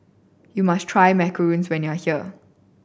you must try Macarons when you are here